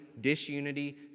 disunity